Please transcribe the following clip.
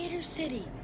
City